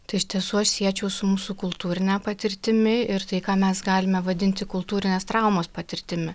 tai iš tiesų aš siečiau su mūsų kultūrine patirtimi ir tai ką mes galime vadinti kultūrinės traumos patirtimi